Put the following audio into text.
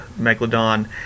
Megalodon